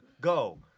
Go